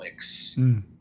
Netflix